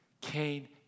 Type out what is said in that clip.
Cain